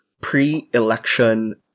pre-election